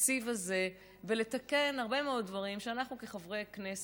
בתקציב הזה ולתקן הרבה מאוד דברים שאנחנו כחברי כנסת,